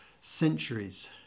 centuries